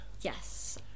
Yes